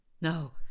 No